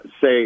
say